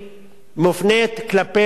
מנהיג ציבור צריך להדריך,